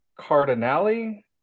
Cardinale